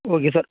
okay sir